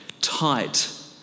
tight